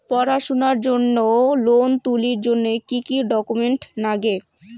পড়াশুনার জন্যে লোন তুলির জন্যে কি কি ডকুমেন্টস নাগে?